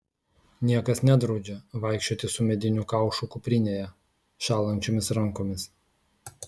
niekas nedraudžia vaikščioti su mediniu kaušu kuprinėje šąlančiomis rankomis